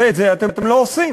ואת זה אתם לא עושים.